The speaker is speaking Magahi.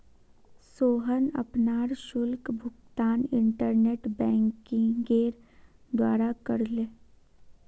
सोहन अपनार शुल्क भुगतान इंटरनेट बैंकिंगेर द्वारा करले